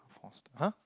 four stop !huh!